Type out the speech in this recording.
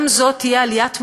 גם זו תהיה עליית מדרגה,